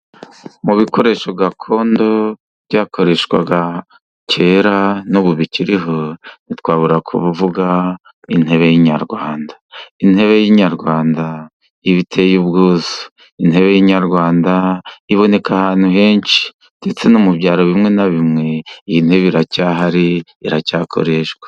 Mu bikoresho gakondo byakoreshwaga kera n'ubu bikiriho ntitwabura kuvuga intebe y'inyarwanda. Intebe y'inyarwanda iba iteye ubwuzu, intebe y'inyarwanda iboneka ahantu henshi, ndetse no mu byaro bimwe na bimwe iyi ntebe iracyahari iracyakoreshwa.